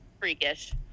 freakish